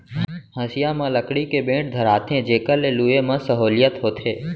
हँसिया म लकड़ी के बेंट धराथें जेकर ले लुए म सहोंलियत होथे